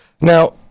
Now